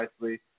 nicely